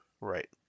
right